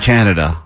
Canada